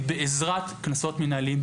היא בעזרת קנסות מנהליים.